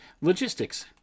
Logistics